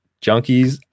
junkies